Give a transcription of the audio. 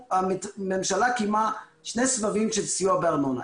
הממשלה קיימה שני סבבים של סיוע בארנונה,